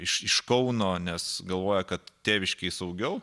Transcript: iš iš kauno nes galvoja kad tėviškėj saugiau